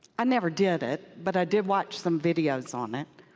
i never did it, but i did watch some videos on it.